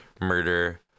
murder